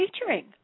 featuring